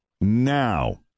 now